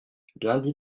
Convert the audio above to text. lundi